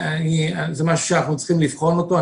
דבר שאנחנו צריכים לבחון אותו.